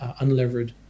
unlevered